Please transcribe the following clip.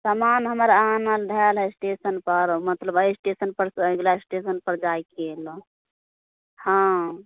समान हमर अहाँ आनल धयल है स्टेशन पर मतलब एहि स्टेशन परसँ अगला स्टेशन पर जाइके है हँ